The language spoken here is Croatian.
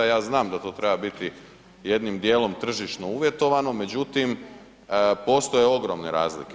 Ja znam da to treba biti jednim dijelom tržišno uvjetovano, međutim postoje ogromne razlike.